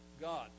God